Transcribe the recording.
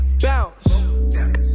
Bounce